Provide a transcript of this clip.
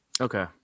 Okay